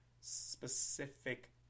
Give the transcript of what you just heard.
specific